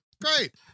Great